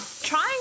Trying